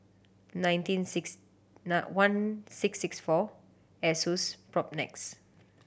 nineteen six nine one six six four Asus Propnex